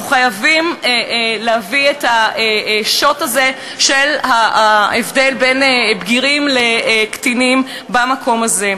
אנחנו חייבים להביא את השוט הזה של ההבדל בין בגירים לקטינים במקום הזה.